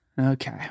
Okay